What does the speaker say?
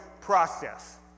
process